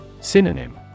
Synonym